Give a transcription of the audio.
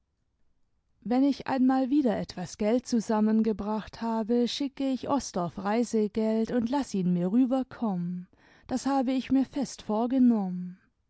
wenn ich einmal wieder etwas geld zusammengebracht habe schicke ich osdorff reäsegeld und laß ihn mir rüber konmien das habe ich mir fest vorgenommen